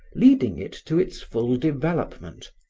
leading it to its full development,